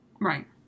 Right